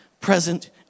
present